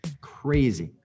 crazy